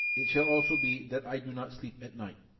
it shall also be that i do not sleep at night.